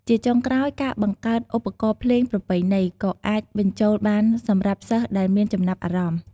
ជាចុងក្រោយ ការបង្កើតឧបករណ៍ភ្លេងប្រពៃណី ក៏អាចបញ្ចូលបាន សម្រាប់សិស្សដែលមានចំណាប់អារម្មណ៍។